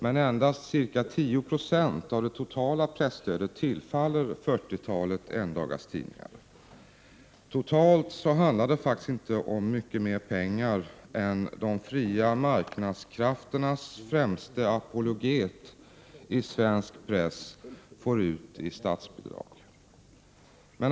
Men endast ca 10 96 av det totala presstödet tillfaller fyrtiotalet endagstidningar. Totalt handlar det faktiskt inte om mycket mer pengar än de fria marknadskrafternas främste apologet i svensk press får ut i statsbidrag.